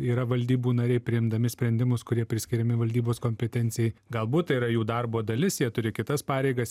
yra valdybų nariai priimdami sprendimus kurie priskiriami valdybos kompetencijai galbūt tai yra jų darbo dalis jie turi kitas pareigas